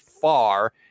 far